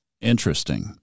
Interesting